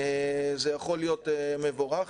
זה יכול להיות מבורך.